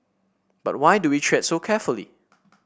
but why do we tread so carefully